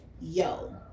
yo